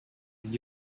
and